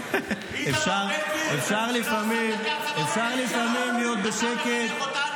אפשר לפעמים ------ מאי גולן?